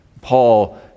Paul